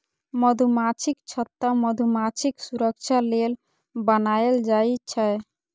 मधुमाछीक छत्ता मधुमाछीक सुरक्षा लेल बनाएल जाइ छै